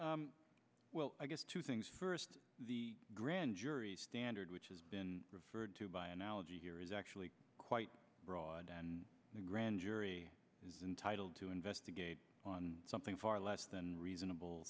that well i guess two things first the grand jury standard which has been referred to by analogy here is actually quite broad and the grand jury is entitled to investigate on something far less than reasonable